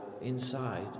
inside